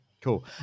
cool